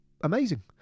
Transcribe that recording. amazing